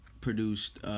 produced